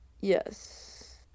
Yes